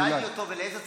שאלתי אותו: ולאיזה צרכים?